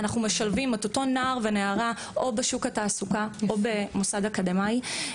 אנחנו משלבים את אותו נער ונערה או בשוק התעסוקה או במוסד אקדמאי,